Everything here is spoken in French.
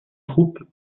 troupes